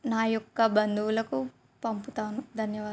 నా యొక్క బంధువులకు పంపుతాను ధన్యవాదాలు